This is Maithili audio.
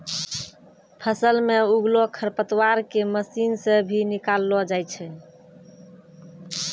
फसल मे उगलो खरपतवार के मशीन से भी निकालो जाय छै